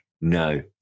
no